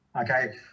Okay